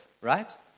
Right